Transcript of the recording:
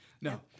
No